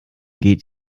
geht